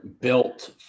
built